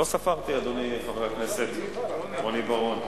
לא ספרתי, אדוני חבר הכנסת רוני בר-און.